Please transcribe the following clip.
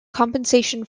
compensation